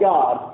God